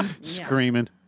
Screaming